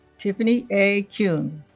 tiffany a. keown